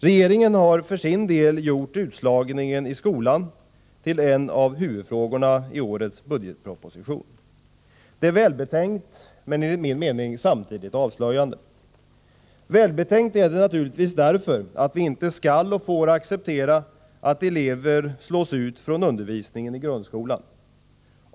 Regeringen har för sin del gjort utslagningen i skolan till en huvudfråga i årets budgetproposition. Det är välbetänkt men samtidigt avslöjande. Välbetänkt är det naturligtvis därför att vi inte skall och får acceptera att elever slås ut från undervisningen i grundskolan.